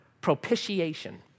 propitiation